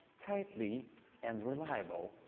tightly and reliable.